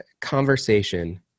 conversation